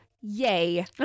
yay